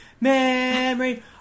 memory